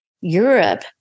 Europe